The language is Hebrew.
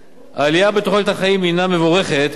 מבחינת החברה הישראלית.